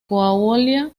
coahuila